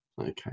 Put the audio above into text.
okay